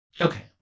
Okay